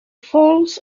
false